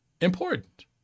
important